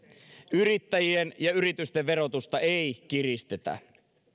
yrittäjien ja yritysten verotusta ei kiristetä